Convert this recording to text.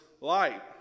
light